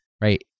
right